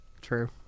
True